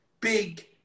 big